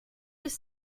this